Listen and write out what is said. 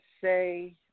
say